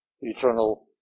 eternal